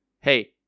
hey